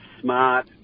smart